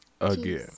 again